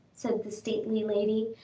said the stately lady,